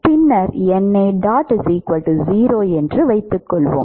பின்னர் 0 என்று வைத்துக்கொள்வோம்